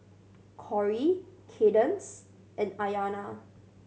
Corrie Kadence and Ayanna